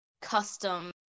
custom